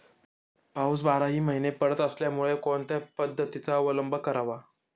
पाऊस बाराही महिने पडत असल्यामुळे कोणत्या पद्धतीचा अवलंब करावा?